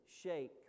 shake